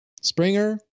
Springer